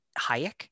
Hayek